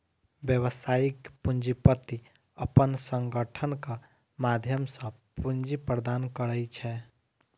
व्यावसायिक पूंजीपति अपन संगठनक माध्यम सं पूंजी प्रदान करै छै